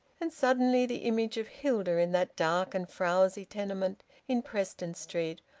and suddenly the image of hilda in that dark and frowzy tenement in preston street,